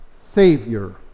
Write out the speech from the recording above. Savior